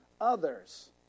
others